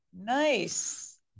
Nice